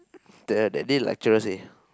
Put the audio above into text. the that day lecturer say